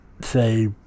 say